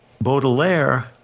Baudelaire